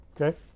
Okay